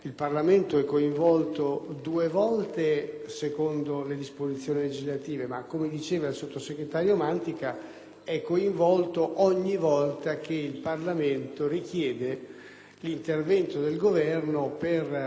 è coinvolto ogni volta che richieda l'intervento del Governo per illustrazioni, dibattiti o discussioni nel merito o nella forma delle nostre missioni all'estero.